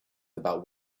about